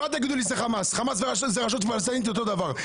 ואל תגידו לי: זה חמאס החמאס והרשות הפלסטינית אותו דבר.